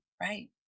right